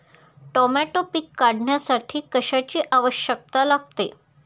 Tomato पीक काढण्यासाठी कशाची आवश्यकता लागते?